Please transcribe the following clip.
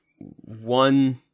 one